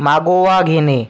मागोवा घेणे